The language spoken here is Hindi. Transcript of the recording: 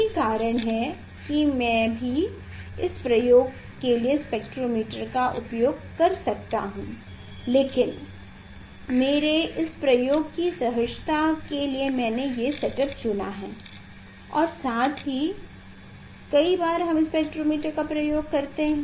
यही कारण है कि मैं भी इस प्रयोग के लिए स्पेक्ट्रोमीटर का भी उपयोग कर सकता हूं लेकिन मेरे इस प्रयोग की सहजता के लिए मैंने ये सेटअप चुना है और साथ ही कई बार हम स्पेक्ट्रोमीटर का उपयोग करते है